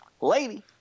Lady